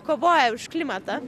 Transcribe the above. kovoja už klimatą